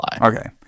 okay